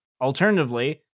Alternatively